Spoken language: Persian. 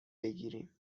بگیریم